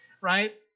right